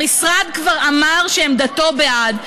המשרד כבר אמר שעמדתו בעד.